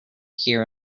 here